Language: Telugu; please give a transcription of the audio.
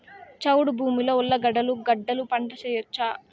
చౌడు భూమిలో ఉర్లగడ్డలు గడ్డలు పంట వేయచ్చా?